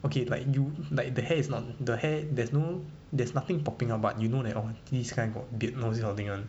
okay like you like the hair is not the hair there's no there's nothing popping out but you know that oh this kind got beard know this kind of thing [one]